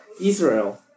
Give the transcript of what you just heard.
Israel